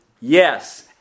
Yes